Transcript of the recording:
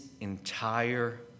entire